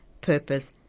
purpose